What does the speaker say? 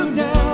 now